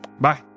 Bye